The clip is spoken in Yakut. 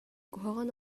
куһаҕан